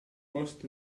post